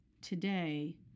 Today